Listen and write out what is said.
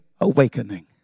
awakening